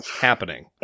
happening